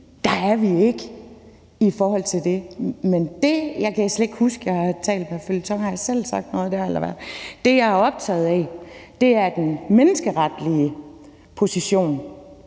Der er vi ikke i forhold til det. Jeg kan slet ikke huske, at jeg har talt med Føljeton. Har jeg selv sagt noget der eller hvad? Det, jeg er optaget af, er den menneskeretlige position,